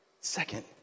second